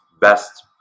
best